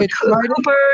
Cooper